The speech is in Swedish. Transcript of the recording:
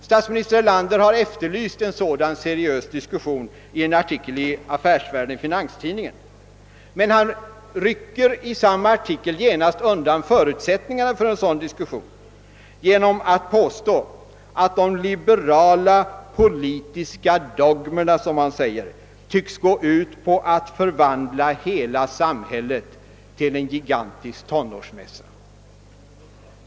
Statsminister Erlander har efterlyst en sådan seriös diskussion i en artikel i Affärsvärlden/Finanstidningen, men han rycker i samma artikel undan förutsättningarna för diskussionen genom att påstå att de liberala politiska dogmerna — som han säger — tycks gå ut på att förvandla hela samhället till en gigantisk tonårsmässa.